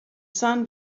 sun